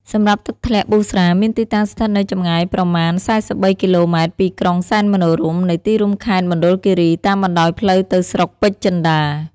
សម្រាប់ទឹកធ្លាក់ប៊ូស្រាមានទីតាំងស្ថិតនៅចម្ងាយប្រមាណ ៤៣គីឡូម៉ែត្រពីក្រុងសែនមនោរម្យនៃទីរួមខេត្តមណ្ឌលគិរី តាមបណ្តោយផ្លូវទៅស្រុកពេជ្រចិន្តា។